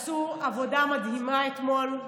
שעשו עבודה מדהימה אתמול.